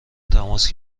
تماس